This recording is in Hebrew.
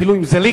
אפילו עם זליכה,